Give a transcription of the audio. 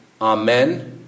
amen